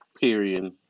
Period